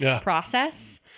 process